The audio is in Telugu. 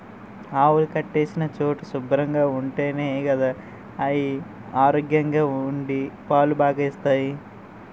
ఆవులు కట్టేసిన చోటు శుభ్రంగా ఉంటేనే గదా అయి ఆరోగ్యంగా ఉండి పాలు బాగా ఇస్తాయి